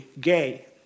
gay